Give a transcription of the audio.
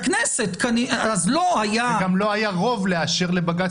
גם לא היה רוב לאשר לבג"ץ